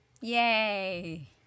Yay